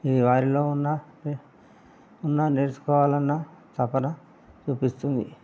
ఈ వారిలో ఉన్న ఉన్న నేర్చుకోవాలన్నా తపన చూపిస్తుంది